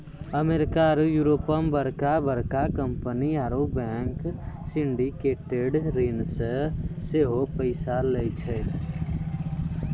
America आरु यूरोपो मे बड़का बड़का कंपनी आरु बैंक सिंडिकेटेड ऋण से सेहो पैसा लै छै